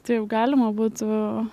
taip galima būtų